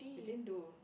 we didn't do